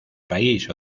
país